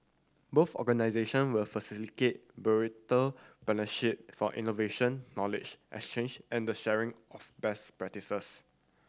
both organisation will facilitate partnership for innovation knowledge exchange and the sharing of best practises